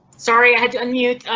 sorry i had to unmute.